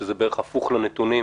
שזה בערך הפוך לנתונים